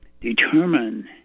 determine